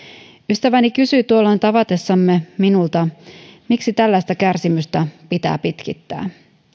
ystäväni kysyi tuolloin tavatessamme minulta miksi tällaista kärsimystä pitää pitkittää